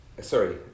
sorry